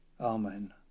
Amen